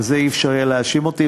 ובזה לא יהיה אפשר להאשים אותי,